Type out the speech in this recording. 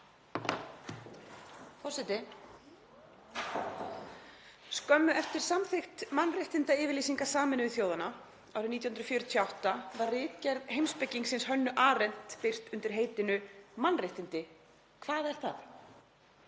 Forseti. Skömmu eftir samþykkt mannréttindayfirlýsingar Sameinuðu þjóðanna árið 1948 var ritgerð heimspekingsins Hönnu Arendt birt undir heitinu Mannréttindi: Hvað er það?